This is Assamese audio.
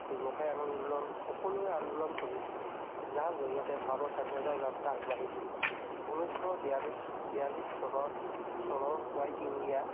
ব্যৱসায় আন্দোলন সকলোৱে আন্দোলন চলিছিল যাৰ জৰিয়তে ভাৰতৰ স্বাধীনতা যাত্ৰা আগবাঢ়িছিল ঊনৈছশ বিয়াল্লিছ বিয়াল্লিছ চনৰ চনৰ হোৱাইট ইণ্ডিয়া